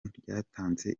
ryatanze